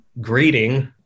greeting